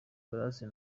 grace